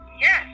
Yes